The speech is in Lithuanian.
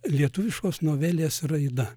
lietuviškos novelės raida